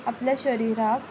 आपल्या शरिराक